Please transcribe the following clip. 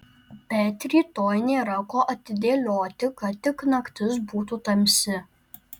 bet rytoj nėra ko atidėlioti kad tik naktis būtų tamsi